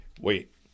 Wait